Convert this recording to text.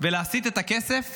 ולהסיט את הכסף